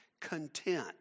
content